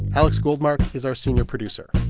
alex goldmark is our senior producer.